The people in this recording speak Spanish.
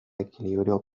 equilibrio